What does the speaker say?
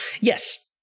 Yes